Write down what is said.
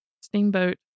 steamboat